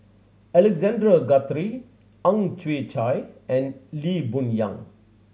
Aalexander Guthrie Ang Chwee Chai and Lee Boon Yang